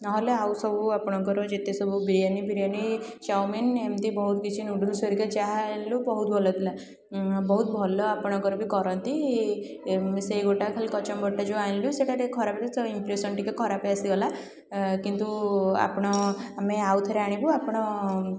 ନହେଲେ ଆଉ ସବୁ ଆପଣଙ୍କର ଯେତେ ସବୁ ବିରିୟାନୀଫିରିୟାନୀ ଚାଉମିନ୍ ଏମିତି ବହୁତ କିଛି ନୁଡ଼ୁଲସ୍ ହେରିକା ଯାହା ଆଣିଲୁ ବହୁତ ଭଲ ଥିଲା ବହୁତ ଭଲ ଆପଣଙ୍କର ବି କରନ୍ତି ସେଇ ଗୋଟା ଖାଲି କଚୁମ୍ବରଟା ଯେଉଁ ଆଣିଲି ସେଇଟା ଟିକିଏ ଖରାପ ସୋ ଇମ୍ପ୍ରେସନ୍ ଟିକିଏ ଖରାପ ଆସିଗଲା ଏଁ କିନ୍ତୁ ଆପଣ ଆମେ ଆଉଥରେ ଆଣିବୁ ଆପଣ